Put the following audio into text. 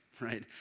right